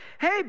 hey